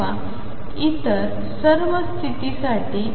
किंवा इतर सर्व स्तिती साठी 2